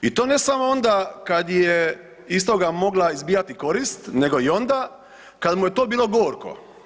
I to ne samo onda kad je iz toga mogla izbijati korist nego i onda kad mu je to bilo gorko.